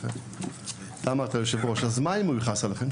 גם אתה אדוני היושב ראש, אז מה אם הוא יכעס עליכם?